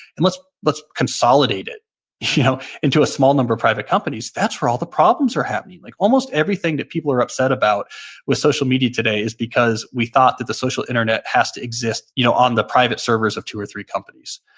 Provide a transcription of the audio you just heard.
and let's let's consolidate it you know into a small number of private companies. that's where all the problems are happening like almost everything that people are upset about with social media today is because we thought that the social internet has to exist you know on the private servers of two or three companies.